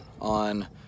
on